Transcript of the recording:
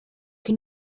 che